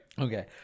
Okay